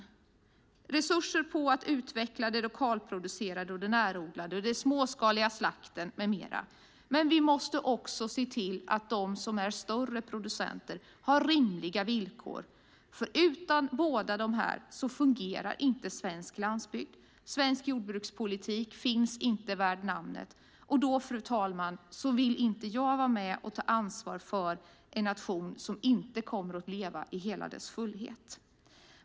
Vi behöver satsa resurser på att utveckla det lokalproducerade, det närodlade, den småskaliga slakten med mera. Samtidigt måste vi se till att de som är större producenter har rimliga villkor, för utan båda dessa fungerar inte svensk landsbygd. Då finns inte en svensk jordbrukspolitik värd namnet. Och i så fall vill jag inte vara med och ta ansvar för en nation som inte kommer att leva i sin helhet.